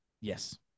Yes